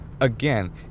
Again